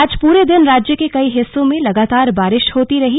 आज पूरे दिन राज्य के कई हिस्सों में लगातार बारिश होती रही